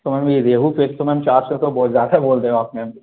तो मैम यह रेहू फिश तो मैम चार सौ का बहुत ज़्यादा बोल रहे हो मैम